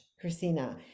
Christina